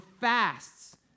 fasts